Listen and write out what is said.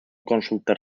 consultar